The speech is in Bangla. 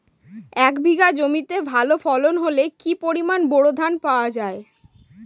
এক বিঘা জমিতে ভালো ফলন হলে কি পরিমাণ বোরো ধান পাওয়া যায়?